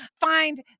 find